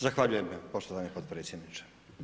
Zahvaljujem poštovani potpredsjedniče.